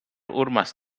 urmas